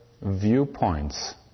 viewpoints